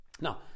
Now